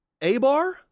Abar